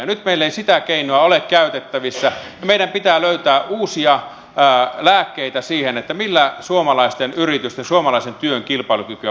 nyt meillä ei sitä keinoa ole käytettävissä niin meidän pitää löytää uusia lääkkeitä siihen millä suomalaisten yritysten suomalaisen työn kilpailukykyä voidaan parantaa